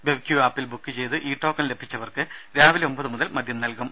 ബെവ്ക്യൂ ആപ്പിൽ ബുക്ക് ചെയ്ത് e token ലഭിച്ചവർക്ക് രാവിലെ ഒമ്പത് മുതൽ മദ്യം നൽകും